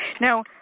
Now